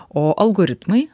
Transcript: o algoritmai